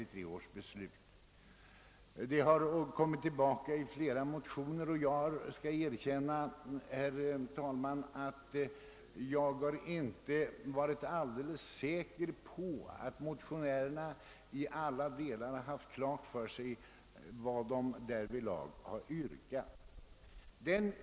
Detta krav har nyss berörts av herr Lorentzon och upptagits i flera motioner, och jag skall erkänna, herr talman, att jag inte har varit alldeles säker på att motionärerna i alla delar haft klart för sig vad de därvidlag har yrkat.